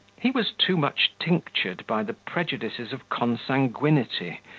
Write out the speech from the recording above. he was too much tinctured by the prejudices of consanguinity,